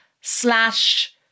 slash